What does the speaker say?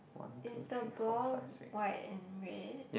is the ball white and red